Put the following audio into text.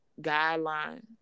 guideline